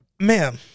Ma'am